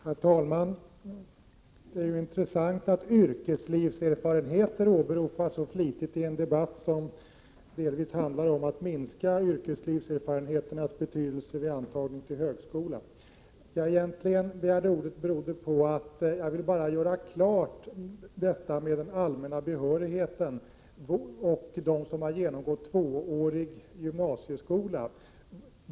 Herr talman! Det är ju intressant att yrkeslivserfarenheter åberopas så flitigt i en debatt som delvis handlar om att minska yrkeslivserfarenheternas betydelse vid antagning till högskolan. Att jag begärde ordet berodde egentligen på att jag vill göra klart hur det är med den allmänna behörigheten för dem som har genomgått tvåårig gymnasieskola.